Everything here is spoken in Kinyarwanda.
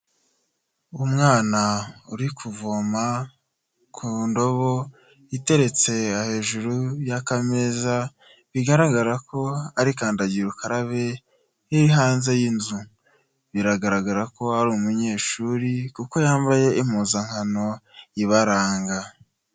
Umwana uri kuvoma ku ndobo iteretse hejuru ya akameza bigaragara ko ari kandagira ukarabe iri hanze y'inzu, biragaragara ko ari umunyeshuri kuko yambaye impuzankano ibaranga.